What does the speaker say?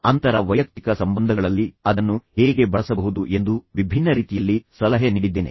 ಆದ್ದರಿಂದ ಅಂತರ ವೈಯಕ್ತಿಕ ಸಂಬಂಧಗಳಲ್ಲಿ ನೀವು ಅದನ್ನು ಹೇಗೆ ಬಳಸಬಹುದು ಎಂದು ನಾನು ವಿಭಿನ್ನ ರೀತಿಯಲ್ಲಿ ಸಲಹೆ ನೀಡಿದ್ದೇನೆ